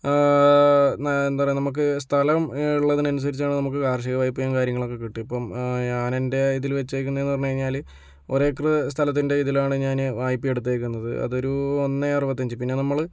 എന്താപറയുക നമുക്ക് സ്ഥലം ഉള്ളതിനനുസരിച്ചാണ് നമുക്ക് കാർഷിക വായ്പയും കാര്യങ്ങളൊക്കെ കിട്ടുക ഇപ്പം ഞാനെൻ്റെ ഇതിൽ വെച്ചിരിക്കുന്നതെന്നു പറഞ്ഞു കഴിഞ്ഞാൽ ഒരേക്കർ സ്ഥലത്തിൻ്റെ ഇതിലാണ് ഞാൻ വായ്പ് എടുത്തിരിക്കുന്നത് അതൊരു ഒന്നേയറുപത്തഞ്ച് പിന്നെ നമ്മൾ